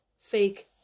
fake